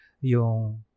yung